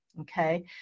okay